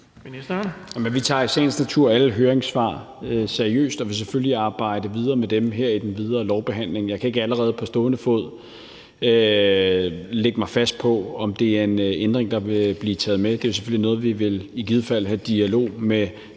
Vi tager i sagens natur alle høringssvar seriøst, og vi vil selvfølgelig arbejde videre med dem i den videre lovbehandling. Jeg kan ikke allerede på stående fod lægge mig fast på, om det er en ændring, der vil blive taget med. Det er selvfølgelig noget, vi i givet fald vil have en dialog med